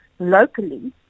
Locally